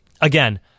again